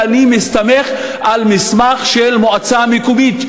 ואני מסתמך על מסמך של מועצה מקומית,